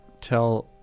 tell